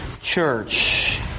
church